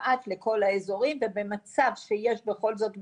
לכמעט לכל האזורים ובמצב שיש בכל זאת בעיה,